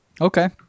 Okay